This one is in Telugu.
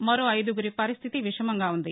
మరో ఐదుగురి పరిస్లితి విషమంగా ఉంది